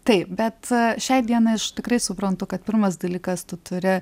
taip bet šiai dienai aš tikrai suprantu kad pirmas dalykas tu turi